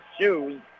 shoes